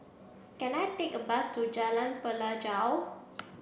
can I take a bus to Jalan Pelajau